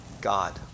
God